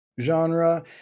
genre